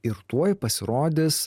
ir tuoj pasirodys